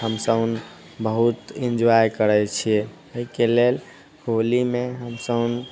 हमसुन बहुत एन्जॉय करै छियै अइके लेल होलीमे हमसुन